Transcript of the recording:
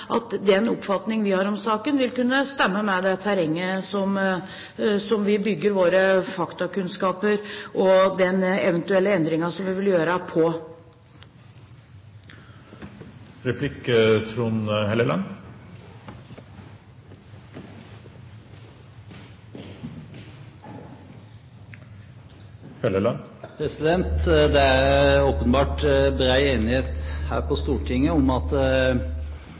om den oppfatning vi har i saken, vil kunne stemme med det vi bygger våre faktakunnskaper og den eventuelle endringen som vi vil gjøre, på. Det er åpenbart bred enighet her på Stortinget om at